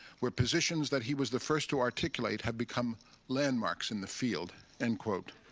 where positions that he was the first to articulate have become landmarks in the field. end quote.